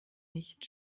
nicht